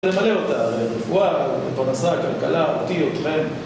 למלא אותה, לפגוע, בפרנסה, בכלכלה, אותי אתכם